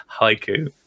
haiku